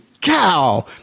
cow